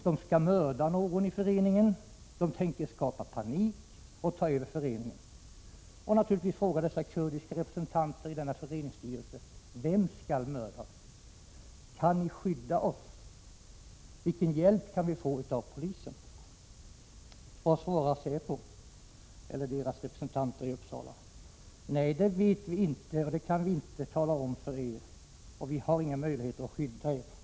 De skall mörda någon i föreningen. De tänker skapa panik och ta över föreningen. Naturligtvis frågar de kurdiska representanterna för föreningsstyrelsen: Vem skall mördas? Kan ni skydda oss? Vilken hjälp kan vi få av polisen? Men vad svarade säpo: Det vet vi inte, det kan vi inte tala om för er, vi har inga möjligheter att hjälpa er.